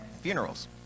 funerals